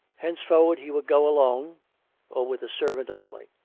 henceforward he would go alone, or with a servant only